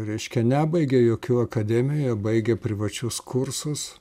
reiškia nebaigė jokių akademijų baigė privačius kursus